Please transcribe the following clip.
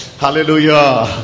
Hallelujah